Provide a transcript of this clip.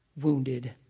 wounded